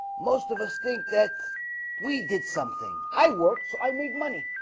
most of us think that we did something i worked so i made money